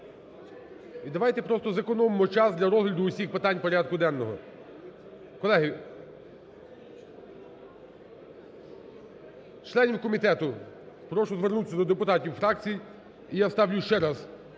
і давайте просто зекономимо час для розгляду усіх питань порядку денного. Колеги! Членів комітету прошу звернутись до депутатів фракцій. І я ставлю ще раз